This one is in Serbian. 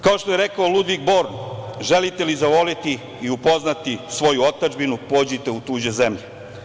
Kao što je rekao Ludvik Bor – želite li zavoleti i upoznati svoju otadžbinu, pođite u tuđe zemlje.